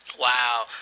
Wow